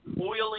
boiling